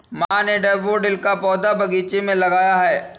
माँ ने डैफ़ोडिल का पौधा बगीचे में लगाया है